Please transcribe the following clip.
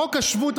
חוק השבות,